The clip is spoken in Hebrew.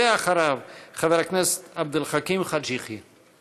אחריו, חבר הכנסת עבד אל חכים חאג' יחיא.